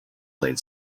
laid